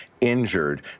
injured